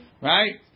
Right